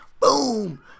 Boom